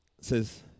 says